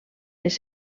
les